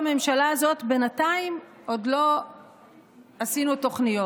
בממשלה הזאת בינתיים עוד לא עשינו תוכניות.